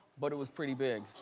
but it was pretty big.